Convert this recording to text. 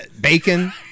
Bacon